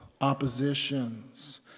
oppositions